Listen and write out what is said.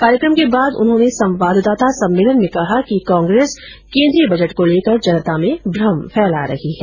कार्यक्रम के बाद उन्होंने संवाददाता सम्मेलन में कहा कि कांग्रेस केन्द्रीय बजट को लेकर जनता में भ्रम फैला रही है